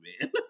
man